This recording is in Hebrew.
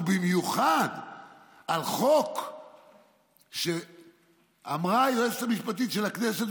ובמיוחד על חוק שאמרה היועצת המשפטית של הכנסת,